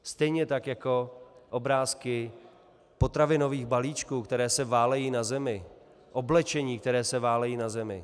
Stejně tak jako obrázky potravinových balíčků, které se válejí na zemi, oblečení, které se válí na zemi.